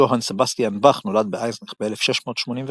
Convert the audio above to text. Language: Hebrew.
יוהאן סבסטיאן באך נולד באייזנך ב-1685.